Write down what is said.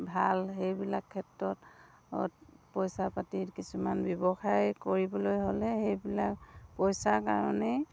ভাল সেইবিলাক ক্ষেত্ৰত পইচা পাতি কিছুমান ব্যৱসায় কৰিবলৈ হ'লে সেইবিলাক পইচাৰ কাৰণেই